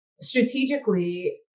strategically